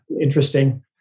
interesting